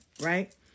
right